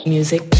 Music